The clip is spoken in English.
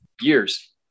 years